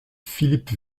philippe